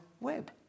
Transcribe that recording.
Web